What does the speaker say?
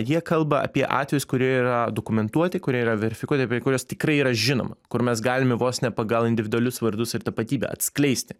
jie kalba apie atvejus kurie yra dokumentuoti kurie yra verifikuoti apie kurias tikrai yra žinoma kur mes galime vos ne pagal individualius vardus ir tapatybę atskleisti